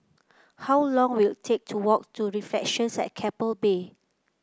how long will it take to walk to Reflections at Keppel Bay